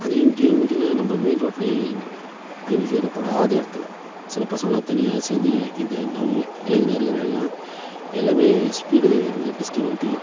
அது இங்கே இங்கேலாம் நம்ம மெயின் ரோட்லேயே அங்கீகரிப்படாத இடத்துல சில பசங்கெல்லாம் தனியாக சேர்ந்து இதை என்னவோ இளைஞர்கள் எல்லாம் இப்போ எல்லாமே ஸ்பீடு இது டிஸ்க் வண்டி